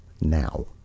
now